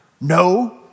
No